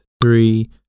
three